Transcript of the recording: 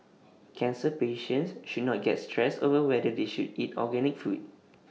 cancer patients should not get stressed over whether they should eat organic food